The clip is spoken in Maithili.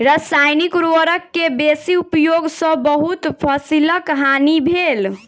रसायनिक उर्वरक के बेसी उपयोग सॅ बहुत फसीलक हानि भेल